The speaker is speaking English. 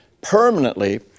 permanently